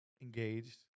engaged